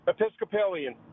Episcopalian